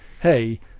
hey